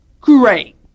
Great